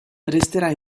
resterà